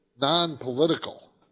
non-political